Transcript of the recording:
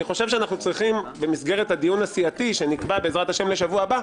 חושב שאנחנו צריכים במסגרת הדיון הסיעתי שנקבע לשבוע הבא,